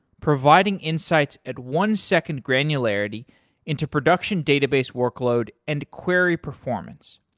providing insights at one second granularity into production database workload and query performance.